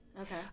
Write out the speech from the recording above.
okay